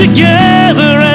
Together